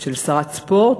של שרת ספורט.